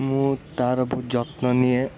ମୁଁ ତାର ବହୁତ ଯତ୍ନ ନିଏ